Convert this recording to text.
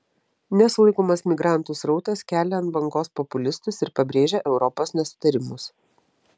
nesulaikomas migrantų srautas kelia ant bangos populistus ir pabrėžia europos nesutarimus